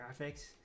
graphics